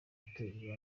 gutera